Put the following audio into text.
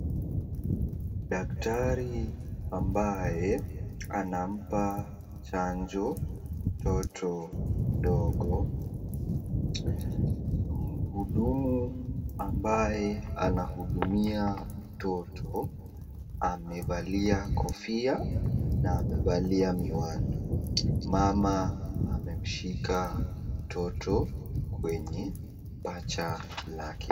Dakitari ambaye anampa chanjo mtoto mdogo. Muhudumu ambaye ana hudumia mtoto, amevalia kofia na amevalia miwani . Mama amemshika mtoto kwenye paja lake.